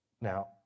Now